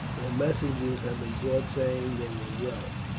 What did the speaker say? though messages have been brought saying they were well.